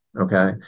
Okay